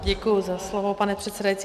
Děkuji za slovo, pane předsedající.